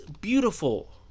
beautiful